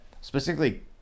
Specifically